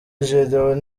gedeon